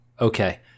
okay